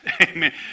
Amen